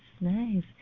Nice